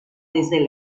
desde